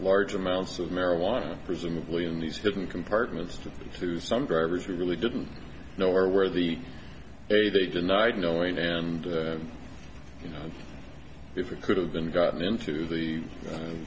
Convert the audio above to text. large amounts of marijuana presumably in these hidden compartments to some drivers who really didn't know or where the they they denied knowing and you know if it could have been gotten into the